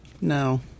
No